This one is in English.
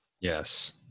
Yes